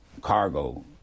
cargo